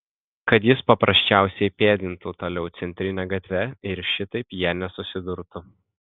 kad jis paprasčiausiai pėdintų toliau centrine gatve ir šitaip jie nesusidurtų